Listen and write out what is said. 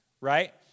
right